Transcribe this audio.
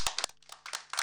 אני נתקלתי שיש בעיה עם הזיהוי,